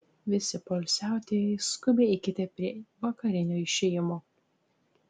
visi poilsiautojai skubiai eikite prie vakarinio išėjimo